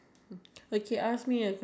give you confidence